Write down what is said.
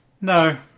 No